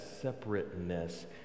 separateness